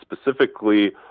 specifically